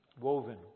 woven